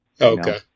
okay